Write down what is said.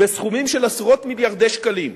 בסכומים של עשרות מיליארדי שקלים.